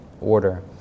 order